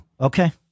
okay